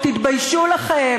תתביישו לכם.